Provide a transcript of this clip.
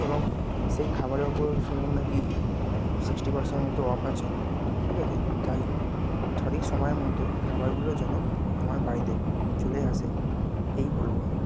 এবং সেই খাবারের উপর শুনলাম নাকি সিক্সটি পার্সেন্ট মতো অফ আছে ঠিক আছে তাই সঠিক সময়ের মধ্যে খাবারগুলো যেন আমার বাড়িতে চলে আসে এই বলব আমি